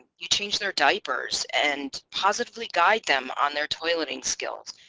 you change their diapers and positively guide them on their toileting skills,